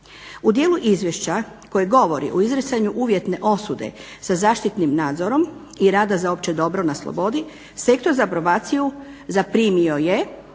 U djelu izvješća koje govori u izricanju uvjetne osude sa zaštitnim nadzornom i rada za opće dobro na slobodi, sektor za probaciju zaprimio je